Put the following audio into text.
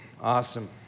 awesome